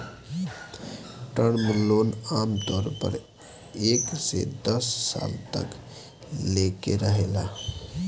term loan आमतौर पर एक से दस साल तक लेके रहेला